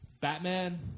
Batman